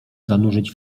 zanurzyć